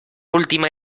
última